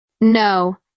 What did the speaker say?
No